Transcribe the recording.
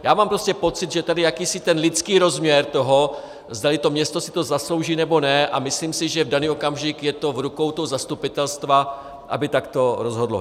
Já mám prostě pocit, že tady je jakýsi lidský rozměr toho, zdali to město si to zaslouží, nebo ne, a myslím si, že v daný okamžik je to v rukou toho zastupitelstva, aby takto rozhodlo.